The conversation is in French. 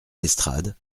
l’estrade